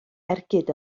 ergyd